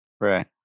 Right